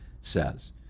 says